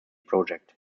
project